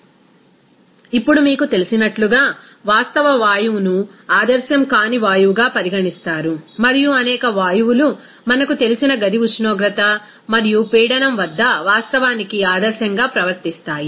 refer slide time 0128 ఇప్పుడు మీకు తెలిసినట్లుగా వాస్తవ వాయువును ఆదర్శం కాని వాయువుగా పరిగణిస్తారు మరియు అనేక వాయువులు మనకు తెలిసిన గది ఉష్ణోగ్రత మరియు పీడనం వద్ద వాస్తవానికి ఆదర్శంగా ప్రవర్తిస్తాయి